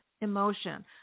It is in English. emotion